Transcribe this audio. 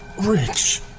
rich